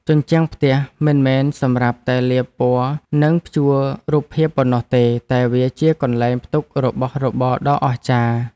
ជញ្ជាំងផ្ទះមិនមែនសម្រាប់តែលាបពណ៌និងព្យួររូបភាពប៉ុណ្ណោះទេតែវាជាកន្លែងផ្ទុករបស់របរដ៏អស្ចារ្យ។